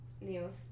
news